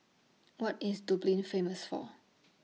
What IS Dublin Famous For